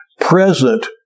present